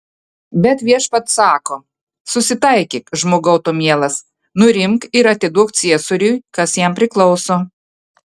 bet viešpats sako susitaikyk žmogau tu mielas nurimk ir atiduok ciesoriui kas jam priklauso